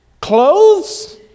Clothes